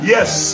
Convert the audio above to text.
Yes